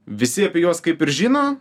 visi apie juos kaip ir žino